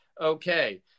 Okay